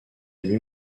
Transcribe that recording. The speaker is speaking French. huit